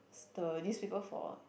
the newspaper for